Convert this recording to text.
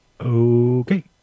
Okay